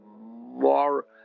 more